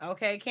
Okay